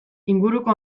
inguruko